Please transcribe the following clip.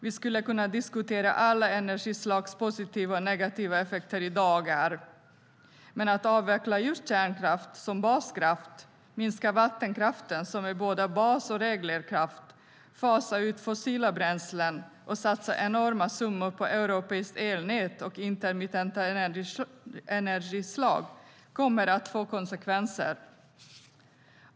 Vi skulle kunna diskutera alla energislags positiva och negativa effekter i dagar men att avveckla just kärnkraften som baskraft, minska vattenkraften som är både bas och reglerkraft, fasa ut fossila bränslen och satsa enorma summor på europeiskt elnät och intermittenta energislag kommer att få konsekvenser.